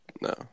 No